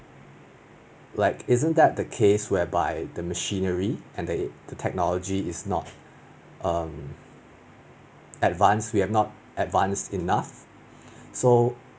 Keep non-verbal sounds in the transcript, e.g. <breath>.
like isn't that the case whereby the machinery and they the technology is not um advance we are not advance enough <breath> so